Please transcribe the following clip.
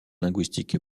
linguistique